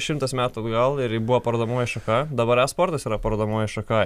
šimtas metų atgal ir ji buvo parodomoji šaka dabar esportas yra parodomoji šaka